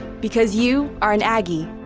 because you are an aggie.